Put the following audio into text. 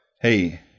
hey